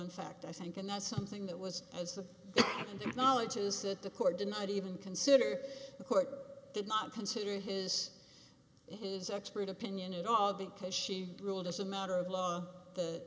in fact i think and that's something that was as the knowledge is that the court denied even consider the court did not consider his his expert opinion at all because she ruled as a matter of law that